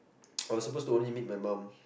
I was supposed to only meet my mom